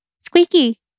Squeaky